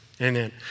Amen